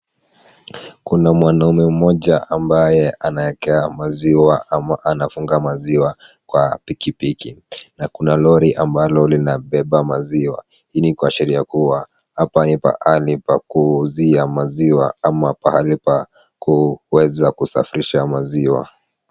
Kuna mwanaume mmoja ambaye anaweke maziwa ama anafunga maziwa kwa pikipiki na kuna lori ambalo linabeba maziwa ili kuashiria kuwa hapa ni pahali pa kuuzia maziwa ama mahali pa kuweza kusafirisha maziwa.